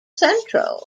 central